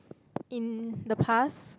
in the past